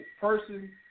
Person